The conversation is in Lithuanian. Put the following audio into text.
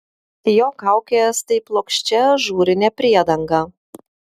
jo kaukės tai plokščia ažūrinė priedanga